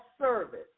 service